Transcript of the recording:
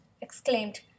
exclaimed